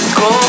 go